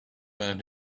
man